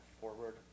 forward